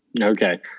okay